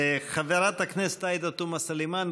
חברת הכנסת עאידה תומא סלימאן,